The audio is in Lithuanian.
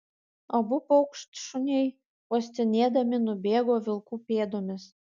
abu paukštšuniai uostinėdami nubėgo vilkų pėdomis